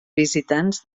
visitants